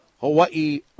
Hawaii